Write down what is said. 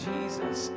Jesus